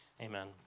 Amen